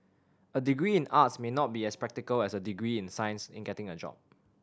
a degree in arts may not be as practical as a degree in science in getting a job